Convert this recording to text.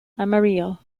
amarillo